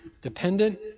dependent